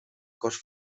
cos